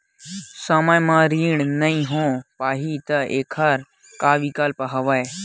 समय म ऋण नइ हो पाहि त एखर का विकल्प हवय?